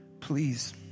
Please